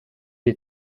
des